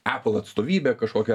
apel atstovybė kažkokia